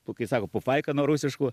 pu kai sako pupaika nuo rusiškų